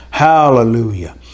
Hallelujah